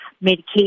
medication